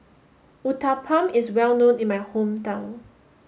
Uthapam is well known in my hometown